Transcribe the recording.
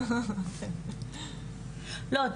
לא,